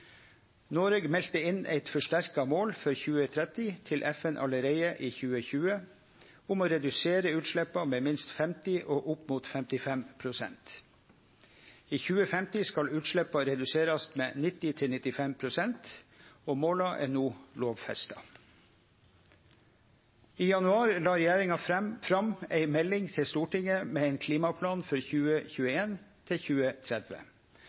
Noreg melde inn eit forsterka mål for 2030 til FN allereie i 2020 om å redusere utsleppa med minst 50 og opp mot 55 pst. I 2050 skal utsleppa reduserast med 90–95 pst. Måla er no lovfesta. I januar la regjeringa fram ei melding til Stortinget med ein klimaplan for 2021–2030. Den viser korleis Noreg skal oppfylle klimamålet for 2030